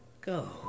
go